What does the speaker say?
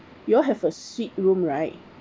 you'll have a suite room right